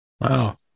wow